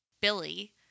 Billy